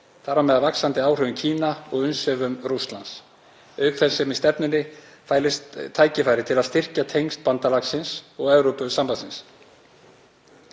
þar á meðal vaxandi áhrifum Kína og umsvifum Rússlands, auk þess sem í stefnunni fælist tækifæri til að styrkja tengsl bandalagsins og Evrópusambandsins.